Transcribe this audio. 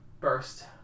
burst